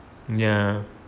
ya